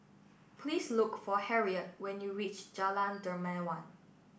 please look for Harriette when you reach Jalan Dermawan